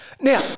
Now